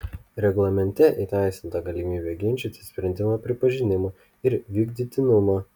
reglamente įteisinta galimybė ginčyti sprendimo pripažinimą ir vykdytinumą